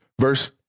Verse